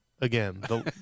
again